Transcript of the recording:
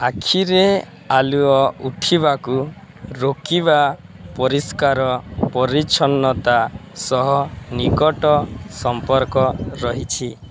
ଆଖିରେ ଆଲୁଅ ଉଠିବାକୁ ରୋକିବା ପରିଷ୍କାର ପରିଚ୍ଛନ୍ନତା ସହ ନିକଟ ସମ୍ପର୍କ ରହିଛି